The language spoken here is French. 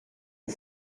ont